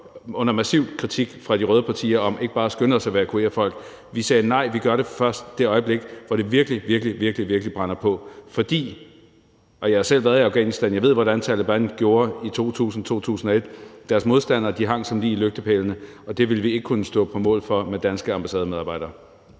hvert fald godt sige god for – for bare at skynde os at evakuere folk, sagde vi nej, vi gør det først i det øjeblik, hvor det virkelig, virkelig brænder på. For – og jeg har selv været i Afghanistan, og jeg ved, hvordan Taleban gjorde i 2000, 2001 – deres modstandere hang som lig i lygtepælene, og det ville vi ikke kunne stå på mål for med danske ambassademedarbejdere.